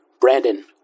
Brandon